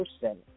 person